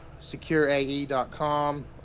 secureae.com